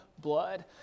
blood